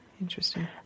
Interesting